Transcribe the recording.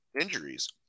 injuries